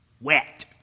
wet